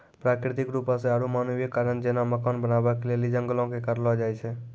प्राकृतिक रुपो से आरु मानवीय कारण जेना मकान बनाबै के लेली जंगलो के काटलो जाय छै